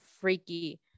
Freaky